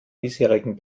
bisherigen